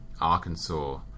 Arkansas